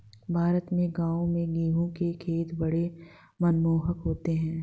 भारत के गांवों में गेहूं के खेत बड़े मनमोहक होते हैं